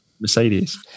Mercedes